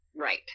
Right